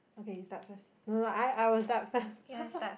okay you start first no no I I will start first